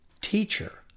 teacher